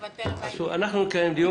אנחנו נקיים דיון.